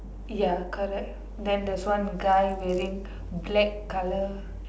ya correct then there's one guy wearing black colour